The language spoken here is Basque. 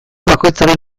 bakoitzaren